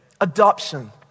Adoption